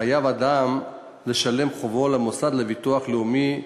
חייב אדם לשלם חובו למוסד לביטוח לאומי,